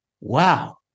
Wow